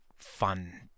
fun